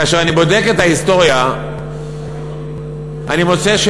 כאשר אני בודק את ההיסטוריה אני מוצא,